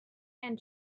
and